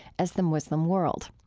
as the muslim world.